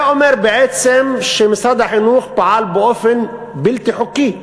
זה אומר בעצם שמשרד החינוך פעל באופן בלתי חוקי.